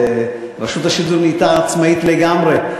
רשות השידור נהייתה עצמאית לגמרי.